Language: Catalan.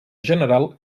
general